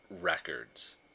Records